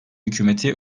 hükümeti